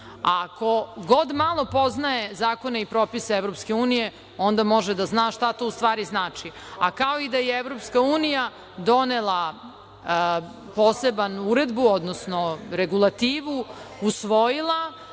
Ko god malo poznaje zakone i propise EU, onda može da zna šta to ustvari znači, a kao i da je EU donela posebnu uredbu, odnosno regulativu, usvojila,